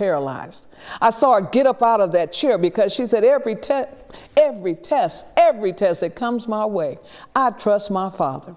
paralyzed asar get up out of that chair because she said every ten every test every test that comes my way i trust my father